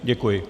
Děkuji.